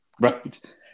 right